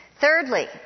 Thirdly